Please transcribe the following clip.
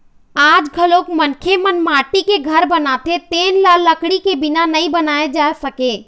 आज घलोक मनखे मन माटी के घर बनाथे तेन ल लकड़ी के बिना नइ बनाए जा सकय